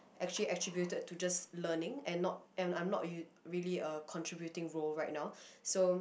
actually attributed to just learning and not and I'm not r~ really a contributing role right now so